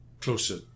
closer